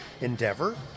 endeavor